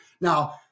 Now